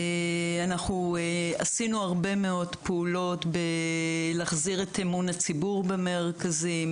עשינו הרבה מאוד פעולות בהחזרת אמון הציבור במרכזים,